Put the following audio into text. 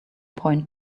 point